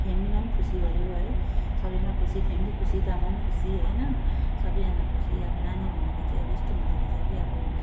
फेमिलीमा पनि खुसी भयो है सबैमा खुसी फेमिली खुसी त म पनि खुसी होइन सबैजना खुसी अब नानी भनेको चाहिँ अब यस्तो हुँदोरहेछ कि अब